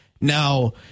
now